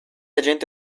agente